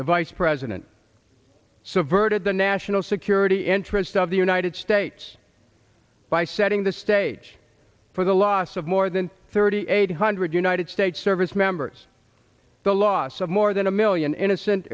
the vice president subverted the national security interests of the united states by setting the stage for the loss of more than thirty eight hundred united states service members the loss of more than one million innocent